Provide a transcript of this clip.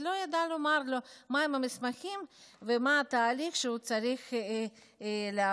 ולא ידענו מהם המסמכים ומהו התהליך שהוא צריך לעבור.